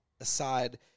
aside